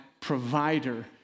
provider